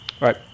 right